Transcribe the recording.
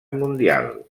mundial